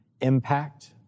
impact